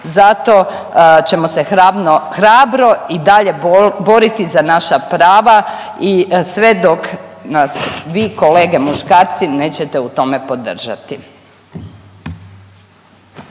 Zato ćemo se hrabro i dalje boriti za naša prava i sve dok nas vi kolege muškarci nećete u tome podržati.